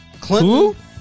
Clinton